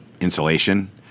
Insulation